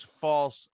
false